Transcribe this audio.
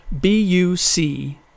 B-U-C